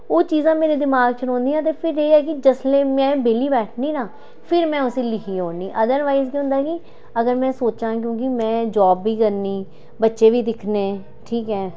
ओह् चीज़ां मेरे दमाग च रौहंदियां ते फिर एह् ऐ कि जिसलै में बेह्ली बैठनी ना फिर में उसी लिखी ओड़नी अदरवाइज केह् होंदा कि अगर में सोचां क्योंकि में जॉब बी करनी बच्चे बी दिक्खने ठीक ऐ